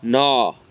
ନଅ